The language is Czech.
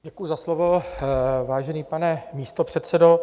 Děkuji za slovo, vážený pane místopředsedo.